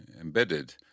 embedded